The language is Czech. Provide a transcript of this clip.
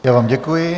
Já vám děkuji.